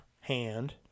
hand